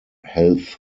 health